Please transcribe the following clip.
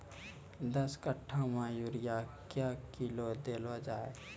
दस कट्ठा मे यूरिया क्या किलो देलो जाय?